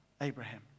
Abraham